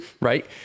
Right